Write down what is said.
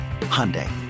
Hyundai